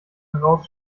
heraus